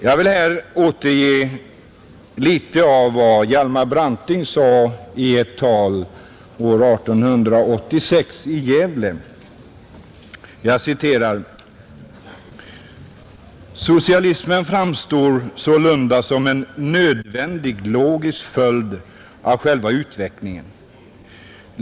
Jag vill här återge litet av vad Hjalmar Branting sade i ett tal år 1886 i Gävle: ”Socialismen framstår sålunda som en nödvändig, logisk följd av själva utvecklingen.